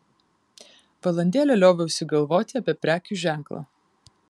valandėlę lioviausi galvoti apie prekių ženklą